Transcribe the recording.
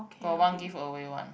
got one give away one